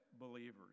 believers